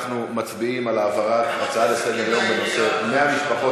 אנחנו מצביעים על העברת ההצעה לסדר-היום בנושא: 100 משפחות